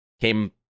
came